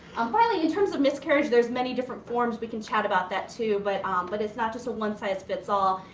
um finally, in terms of miscarriage, there's many different forms. we can chat about that too, but um but it's not just a one size fits all.